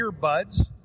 Earbuds